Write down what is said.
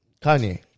Kanye